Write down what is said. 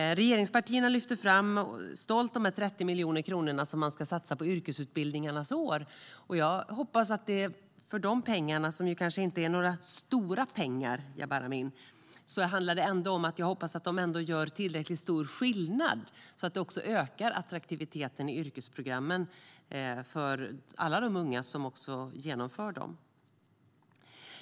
Regeringspartierna lyfter stolta fram att man ska satsa 30 miljoner kronor på yrkesutbildningarnas år. Det är inga stora pengar, Jabar Amin, men jag hoppas ändå att de gör tillräckligt stor skillnad, så att det ökar attraktiviteten i yrkesprogrammen för alla de unga som genomför dem.